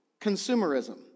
consumerism